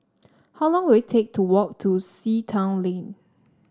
how long will it take to walk to Sea Town Lane